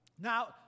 Now